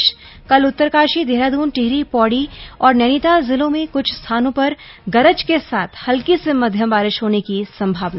कल उत्तरकाशी देहरादून टिहरी पौड़ी और नैनीताल जिलों में कुछ स्थानों पर गरज के साथ हल्की से मध्यम बारिश होने की संभावना